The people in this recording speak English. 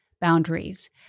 boundaries